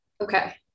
Okay